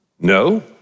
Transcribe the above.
No